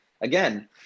Again